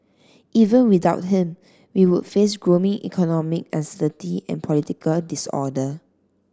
even without him we would face growing economic uncertainty and political disorder